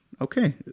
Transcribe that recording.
okay